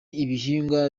ibihingwa